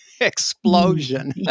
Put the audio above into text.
explosion